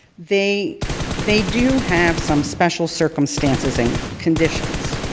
they they do have some special circumstances and conditions.